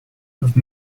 have